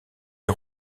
les